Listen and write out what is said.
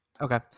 Okay